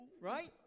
right